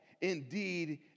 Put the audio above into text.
Indeed